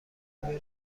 روی